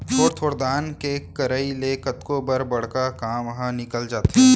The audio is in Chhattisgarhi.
थोर थोर दान के करई ले कतको बर बड़का काम ह निकल जाथे